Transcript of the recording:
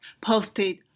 posted